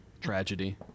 Tragedy